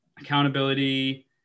Accountability